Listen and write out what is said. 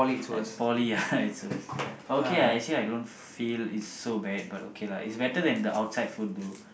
and poly ya it's a a but okay lah I don't feel it's so bad but okay lah it's better than the outside food though